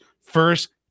first